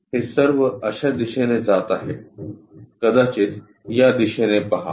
हे सर्व अश्या दिशेने जात आहे कदाचित या दिशेने पहा